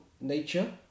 nature